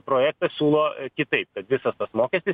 projektas siūlo kitaip kad visas tas mokestis